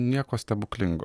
nieko stebuklingo